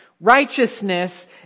Righteousness